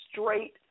straight